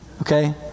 Okay